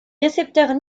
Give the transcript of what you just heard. récepteurs